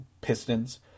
Pistons